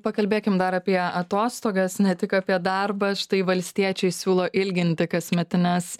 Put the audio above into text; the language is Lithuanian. pakalbėkim dar apie atostogas ne tik apie darbą štai valstiečiai siūlo ilginti kasmetines